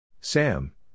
Sam